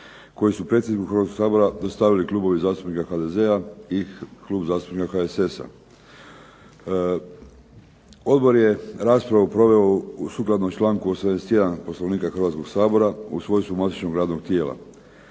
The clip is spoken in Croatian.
kojeg su predsjedniku Hrvatskoga sabora dostavili Klubovi zastupnika HDZ-a i Klub zastupnika HSS-a. Odbor je raspravu proveo sukladno članku 81. Poslovnika Hrvatskoga sabora u svojstvu matičnog radnog tijela.